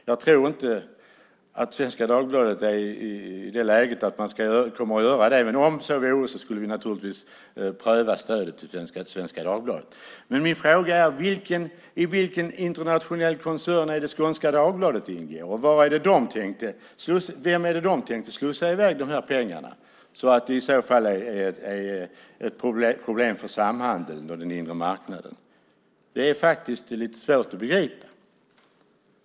Jag tror inte att Svenska Dagbladet är i det läget att man kommer att göra det, men om så vore skulle vi naturligtvis pröva stödet till Svenska Dagbladet. Min fråga är: I vilken internationell koncern ingår Skånska Dagbladet? Till vem tänker de slussa i väg de här pengarna så att det blir ett problem för samhandeln och den inre marknaden? Det är lite svårt att begripa.